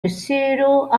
missieru